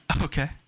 Okay